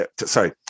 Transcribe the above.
sorry